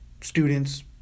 students